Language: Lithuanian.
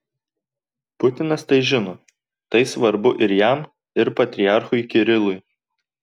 putinas tai žino tai svarbu ir jam ir patriarchui kirilui